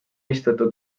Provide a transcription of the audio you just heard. mistõttu